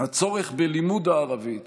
הצורך בלימוד הערבית